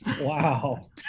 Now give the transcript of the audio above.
Wow